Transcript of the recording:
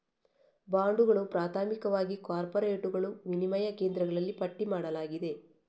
ಬಾಂಡುಗಳು, ಪ್ರಾಥಮಿಕವಾಗಿ ಕಾರ್ಪೊರೇಟುಗಳು, ವಿನಿಮಯ ಕೇಂದ್ರಗಳಲ್ಲಿ ಪಟ್ಟಿ ಮಾಡಲಾಗಿದೆ